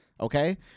Okay